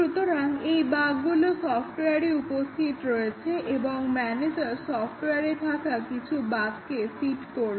সুতরাং এই বাগগুলো সফট্ওয়ারে উপস্থিত রয়েছে এবং ম্যানেজার সফট্ওয়ারে থাকা কিছু বাগকে সিড করল